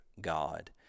god